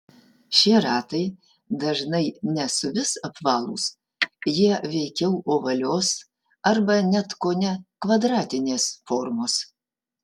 šie ratai dažnai ne suvis apvalūs jie veikiau ovalios arba net kone kvadratinės formos